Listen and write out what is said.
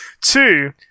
two